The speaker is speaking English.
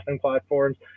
platforms